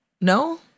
no